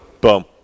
Boom